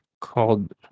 called